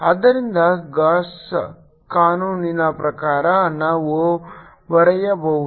ಆದ್ದರಿಂದ ಗಾಸ್ ಕಾನೂನಿನ ಪ್ರಕಾರ ನಾವು ಬರೆಯಬಹುದು